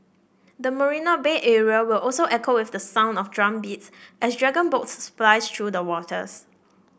the Marina Bay area will also echo with the sound of drumbeats as dragon boats splice through the waters